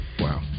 Wow